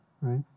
right